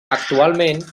actualment